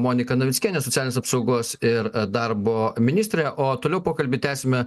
monika navickienė socialinės apsaugos ir darbo ministrė o toliau pokalbį tęsime